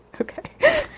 Okay